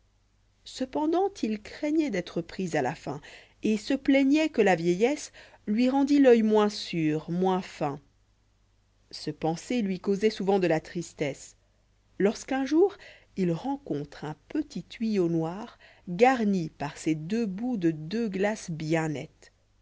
cependant il craignoit d'être pris à la fin et se plaignoit que la vieillesse lui rendît l'oeil moins sûr njoins fin ce penser lui causdit souvent dé la tristesse lorsqu'un jour il rencontre un petit tuyau noir garni par ses deux bouts de deux çlaces bien nettes